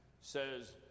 says